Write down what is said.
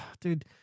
dude